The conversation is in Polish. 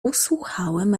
usłuchałem